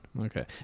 Okay